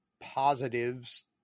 positives